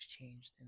changed